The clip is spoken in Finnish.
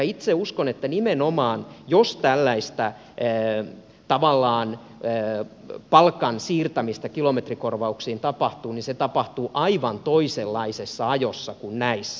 itse uskon että nimenomaan jos tällaista tavallaan palkan siirtämistä kilometrikorvauksiin tapahtuu se tapahtuu aivan toisenlaisessa ajossa kuin näissä